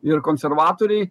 ir konservatoriai